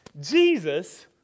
Jesus